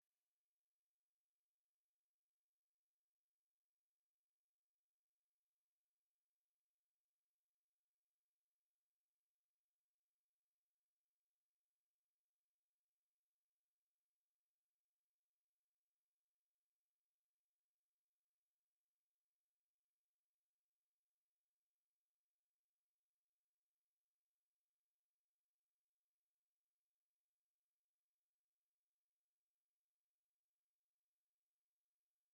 Iyo umwarimu atanze umukoro cyangwa se imyitozo, abanyeshuri baba bagomba gukorera mu matsinda kugira ngo bungurane ibitekerezo kandi bakorere hamwe ndetse banazamurane. Ibi bituma buri wese asangiza bagenzi be igitekerezo cye ndetse yaba yagize ikibazo ku byo mwarimu yigishije bakamusobanurira.